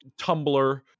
Tumblr